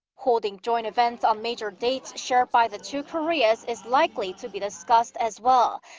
holding joint events on major dates shared by the two koreas is likely to be discussed as well.